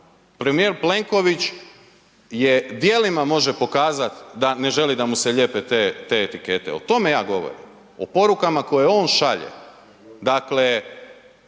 Premijer Plenković djelima može pokazati da ne želi da mu se lijepe te etikete, o tome ja govorim, o porukama koje on šalje.